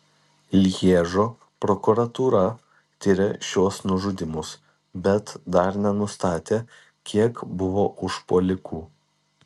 lježo prokuratūra tiria šiuos nužudymus bet dar nenustatė kiek buvo užpuolikų